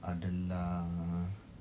adalah